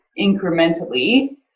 incrementally